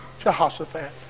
Jehoshaphat